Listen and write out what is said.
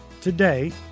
Today